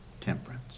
temperance